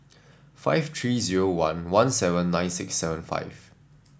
five three zero one one seven nine six seven five